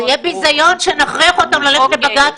זה יהיה ביזיון שנכריח אותם ללכת לבג"צ,